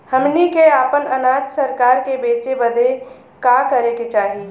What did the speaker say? हमनी के आपन अनाज सरकार के बेचे बदे का करे के चाही?